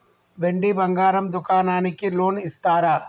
వెండి బంగారం దుకాణానికి లోన్ ఇస్తారా?